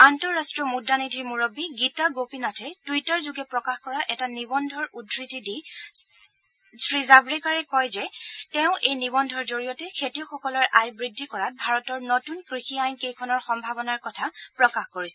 আন্তঃৰাষ্ট্ৰীয় মুদ্ৰা নিধিৰ মুৰববী গীতা গোপীনাথে টুইটাৰযোগে প্ৰকাশ কৰা এটা নিৱন্ধৰ উদ্ধতি দি শ্ৰীজাবড়েকাৰে কয় যে তেওঁ এই নিবন্ধৰ জৰিয়তে খেতিয়কসকলৰ আয় বৃদ্ধি কৰাত ভাৰতৰ নতুন কৃষি আইন কেইখনৰ সম্ভাৱনাৰ কথা প্ৰকাশ কৰিছে